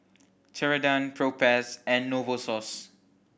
Ceradan Propass and Novosource